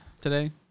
today